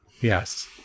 Yes